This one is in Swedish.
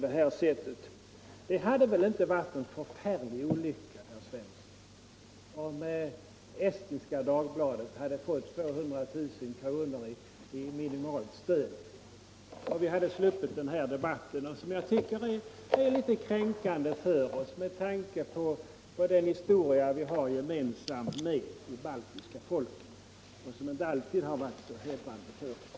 Det hade väl inte varit någon förfärlig olycka, herr Svensson, om Estniska Dagbladet hade fått ett par hundra tusen i minimalt stöd och vi hade sluppit den här debatten? Jag tycker att den inte heller för oss är tilltalande med tanke på den historia vi har gemensam med de baltiska folken, en historia som inte alltid har varit så hedrande för oss.